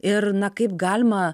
ir na kaip galima